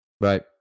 Right